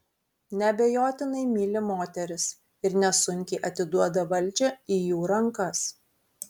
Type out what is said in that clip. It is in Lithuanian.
neabejotinai myli moteris ir nesunkiai atiduoda valdžią į jų rankas